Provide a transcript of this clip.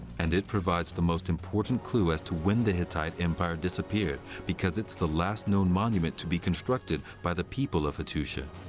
and it provides the most important clue as to when the hittite empire disappeared, because it's the last known monument to be constructed by the people of hattusha.